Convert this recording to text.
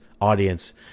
audience